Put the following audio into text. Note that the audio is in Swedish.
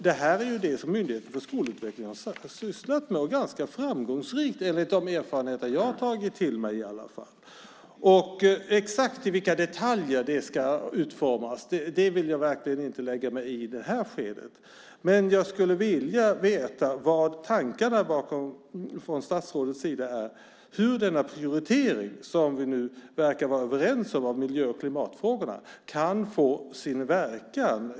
Det är det som Myndigheten för skolutveckling har sysslat med - ganska framgångsrikt, enligt de erfarenheter jag har tagit till mig i alla fall. Jag vill verkligen inte i det här skedet lägga mig i exakt i vilka detaljer det här ska utformas. Men jag skulle vilja veta vilka tankarna från statsrådets sida är. Hur kan den prioritering av miljö och klimatfrågorna som vi nu verkar vara överens om få sin verkan?